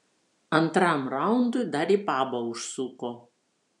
antram raundui dar į pabą užsuko